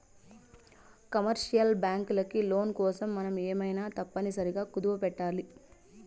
commercial బ్యాంకులకి loan కోసం మనం ఏమైనా తప్పనిసరిగా కుదవపెట్టాలి